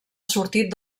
sortit